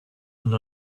and